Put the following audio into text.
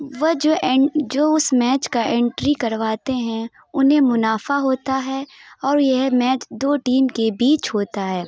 وہ جو عین جو اس میچ کا انٹری کرواتے ہیں انہیں منافع ہوتا ہے اور یہ میچ دو ٹیم کے بیچ ہوتا ہے